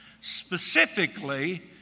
Specifically